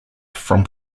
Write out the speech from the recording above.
from